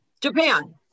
Japan